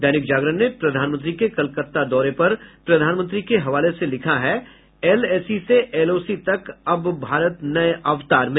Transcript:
दैनिक जागरण ने प्रधानमंत्री के कलकत्ता दौरे पर प्रधानमंत्री के हवाले से लिखा है एलएसी से एलओसी तक अब भारत नये अवतार में